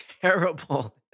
terrible